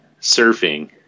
surfing